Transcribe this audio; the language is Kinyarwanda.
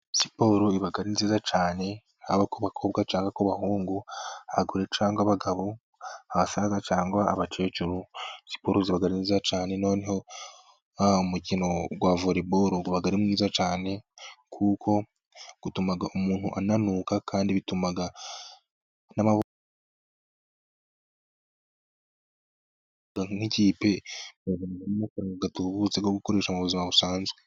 Siporo ibaga ari nziza cyane, haba ku bakobwa cyangwa k'ubahungu, abagore cyangwa abagabo, abasaza cyangwa abakecuru, siporo iba ri nziza cyane, noneho hana mumikino wa vore boro uba ari mwiza cyane, kuko utuma umuntu ananuka, kandi nk'ikipe ibona amafaranga yo gukoresha mu buzima busanzwe.